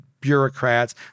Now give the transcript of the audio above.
bureaucrats